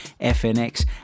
FNX